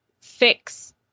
fix